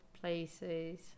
places